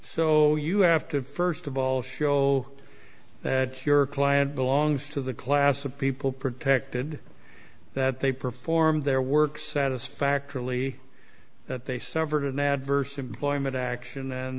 so you have to first of all show that your client belongs to the class of people protected that they performed their work satisfactorily that they severed an adverse employment action